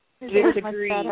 Disagree